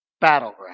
battleground